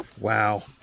Wow